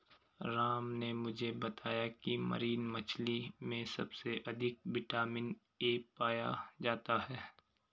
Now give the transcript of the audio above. राम ने मुझे बताया की मरीन मछली में सबसे अधिक विटामिन ए पाया जाता है